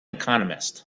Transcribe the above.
economist